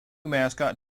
mascot